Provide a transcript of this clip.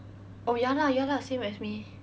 oh ya lah ya lah same as me